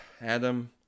adam